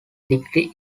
degree